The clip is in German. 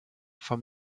vom